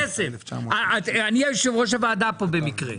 מר מדמון, אני יושב-ראש הוועדה במקרה.